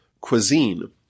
cuisine